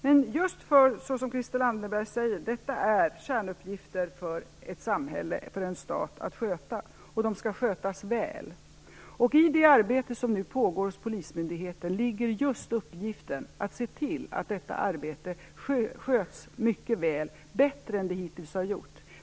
Men just som Christel Anderberg säger är detta kärnuppgifter för ett samhälle och för en stat att sköta, och de skall skötas väl. I det arbete som nu pågår hos polismyndigheten ligger just uppgiften att se till att detta arbete sköts mycket väl, bättre än det hittills har skötts.